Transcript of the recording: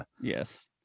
Yes